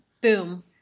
boom